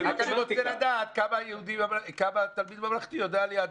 אני רוצה לדעת כמה תלמיד ממלכתי יודע על יהדות.